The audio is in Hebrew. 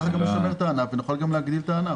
ככה גם נשמר את הענף ונוכל גם להגדיל אותו,